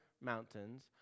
mountains